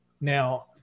Now